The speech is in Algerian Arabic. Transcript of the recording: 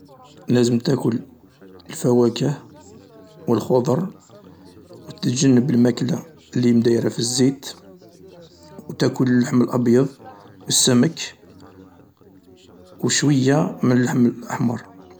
لازم تاكل الفواكه و الخضر و تتجنب الماكلة اللي مدايرة في الزيت، تاكل اللحم الأبيض، السمك، و شويا من اللحم الأحمر.